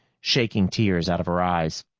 shaking tears out of her eyes.